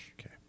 Okay